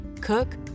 cook